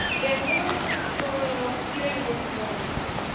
they're neurosensorial hearing disabilities.